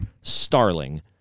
Starling